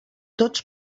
tots